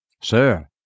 Sir